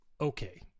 okay